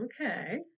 okay